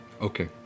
Okay